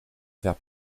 faire